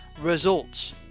results